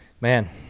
Man